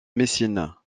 messine